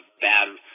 bad